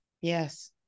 Yes